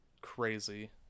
crazy